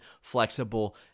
flexible